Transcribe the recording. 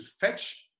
fetch